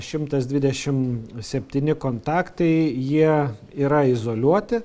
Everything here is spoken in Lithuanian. šimtas dvidešim septyni kontaktai jie yra izoliuoti